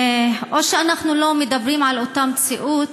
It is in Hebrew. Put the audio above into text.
או שאנחנו לא מדברים על אותה מציאות,